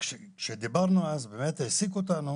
וכשדיברנו אז באמת העסיק אותנו